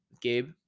Gabe